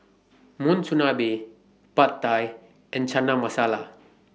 Monsunabe Pad Thai and Chana Masala